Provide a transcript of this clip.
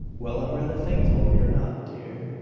well, i'm rather thankful you're not, dear,